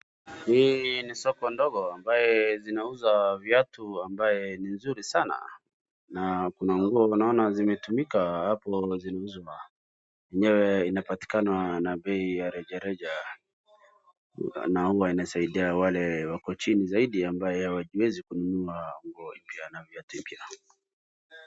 Hii ni soko ndogo ambaye zinauza viatu ambaye ni nzuri sana na kuna nguo naona zimetumika hapo zinauzwa. Yenyewe inapatikanwa na bei ya reja reja na huwa inasaidia wale wako chini zaidi ambaye hawawezi kununua nguo mpya na viatu mpya.